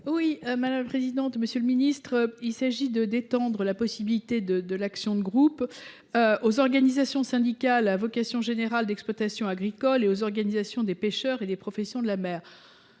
à Mme Nathalie Goulet. Il s’agit d’étendre la possibilité de l’action de groupe aux organisations syndicales à vocation générale d’exploitation agricole et aux organisations des pêcheurs et des professions de la mer.